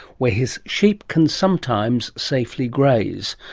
where his sheep can sometimes safely graze.